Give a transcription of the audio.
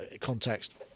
context